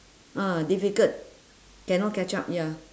ah difficult cannot catch up ya